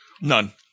None